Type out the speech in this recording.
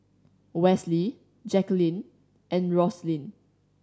Wesley Jacquelyn and Roslyn